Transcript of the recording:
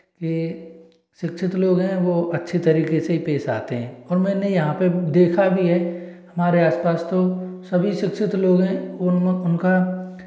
कि शिक्षित लोग हैं वह अच्छे तरीके से ही पेश आते हैं और मैंने यहाँ पर देखा भी है हमारे आसपास तो सभी शिक्षित लोग हैं उनका